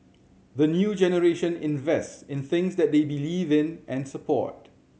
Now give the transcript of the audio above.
the new generation invest in things that they believe in and support